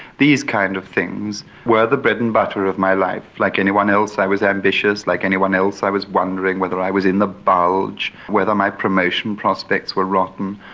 these kind of things were the bread-and-butter of my life. like anyone anyone else i was ambitious, like anyone else i was wondering whether i was in the bulge, whether my promotion prospects were rotten.